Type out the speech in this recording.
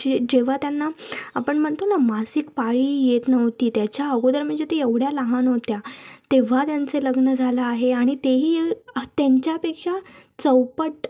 जे जेव्हा त्यांना आपण म्हणतो ना मासिक पाळी येत नव्हती त्याच्या अगोदर म्हणजे त्या एवढ्या लहान होत्या तेव्हा त्यांचे लग्न झालं आहे आणि ते ही त्यांच्या पेक्षा चौपट